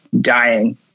dying